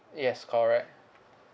yes correct